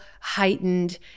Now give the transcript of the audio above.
heightened